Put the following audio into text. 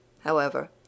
However